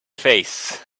face